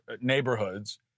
neighborhoods